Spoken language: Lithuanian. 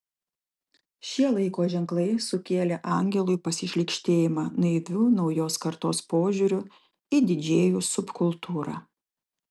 šie laiko ženklai sukėlė angelui pasišlykštėjimą naiviu naujos kartos požiūriu į didžėjų subkultūrą